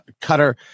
cutter